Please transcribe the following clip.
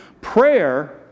Prayer